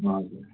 हजुर